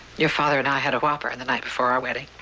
your father and i had a whopper the night before our wedding.